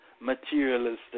materialistic